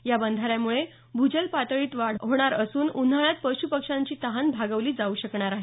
या बंधाऱ्यामुळे भूजल पातळीत वाढ होणार असून उन्हाळ्यात पशू पक्षांची तहान भागवली जाऊ शकणार आहे